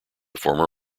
former